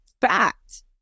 fact